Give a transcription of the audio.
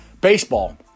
baseball